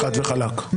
חד וחלק.